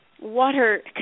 water